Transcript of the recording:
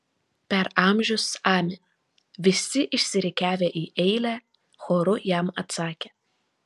per amžius amen visi išsirikiavę į eilę choru jam atsakė